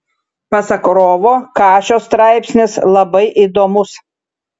pasak rovo kašio straipsnis labai įdomus